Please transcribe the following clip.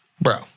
Bro